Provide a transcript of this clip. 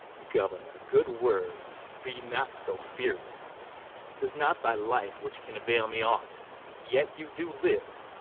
governor, good words be not so furious tis not thy life which can avail me aught yet you do live,